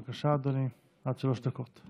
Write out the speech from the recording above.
בבקשה, אדוני, עד שלוש דקות.